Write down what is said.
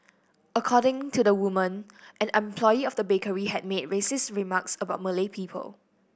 according to the woman an employee of the bakery had made racist remarks about Malay people